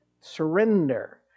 surrender